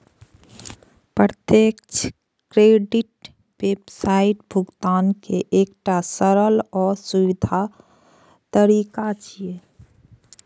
प्रत्यक्ष क्रेडिट व्यावसायिक भुगतान के एकटा सरल आ सुरक्षित तरीका छियै